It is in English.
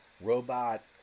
robot